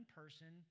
person